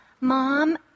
Mom